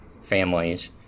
families